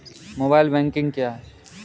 Mobile banking क्या है?